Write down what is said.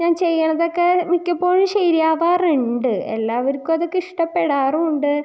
ഞാൻ ചെയ്യണതൊക്കെ മിക്കപ്പോഴും ശരിയാവാറുണ്ട് എല്ലാവർക്കും അതൊക്കെ ഇഷ്ടപ്പെടാറുമുണ്ട്